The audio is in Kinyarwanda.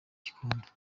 gikondo